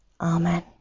Amen